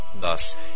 Thus